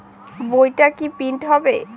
বইটা কি প্রিন্ট হবে?